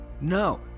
no